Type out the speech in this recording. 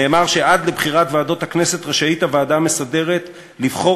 נאמר שעד לבחירת ועדות הכנסת רשאית הוועדה המסדרת לבחור